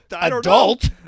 adult